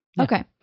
Okay